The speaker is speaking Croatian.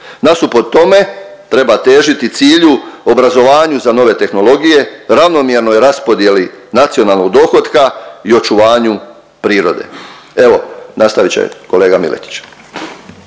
Nasuprot tome treba težiti cilju obrazovanju za nove tehnologije, ravnomjernoj raspodjeli nacionalnog dohotka i očuvanju prirode. Evo nastavit će kolega Miletić.